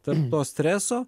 tarp to streso